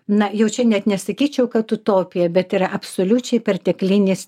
na jau čia net nesakyčiau kad utopija bet yra absoliučiai perteklinis